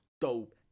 dope